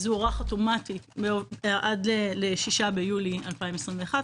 זה הוארך אוטומטית עד 6 ביולי 2021,